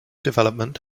development